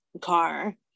car